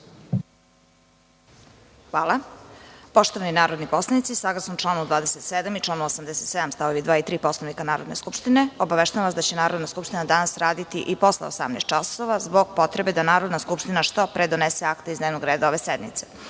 Hvala. Poštovani narodni poslanici, saglasno članu 27. i članu 87. stavovi 2. i 3. Poslovnika Narodne skupštine, obaveštavam vas da će Narodna skupština danas raditi i posle 18,00 časova zbog potreba da Narodna skupština što pre donese akte iz dnevnog reda ove sednice. Sada